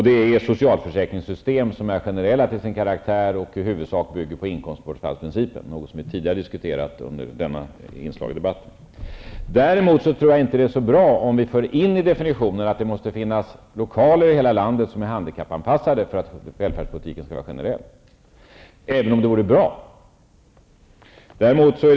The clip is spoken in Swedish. Det är socialförsäkringssystem som är generella till sin karaktär och i huvudsak bygger på inkomstbortfallsprincipen, något som vi tidigare har diskuterat under detta inslag i debatten. Däremot tror jag inte att det är så bra om vi för in i definitionen att det måste finnas lokaler i hela landet som är handikappanpassade för att välfärdspolitiken skall vara generell -- även om det vore bra om sådana lokaler fanns.